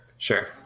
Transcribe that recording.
sure